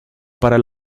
para